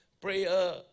Prayer